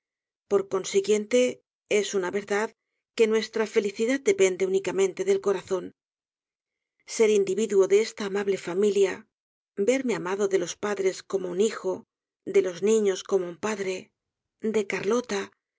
por consiguiente es una verdad que nuestra felicidad depende únicamente del corazón ser individuo de esta amable familia verme amado de los padres como un hijo de los niños como un padre de carlota